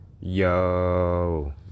Yo